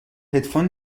هدفون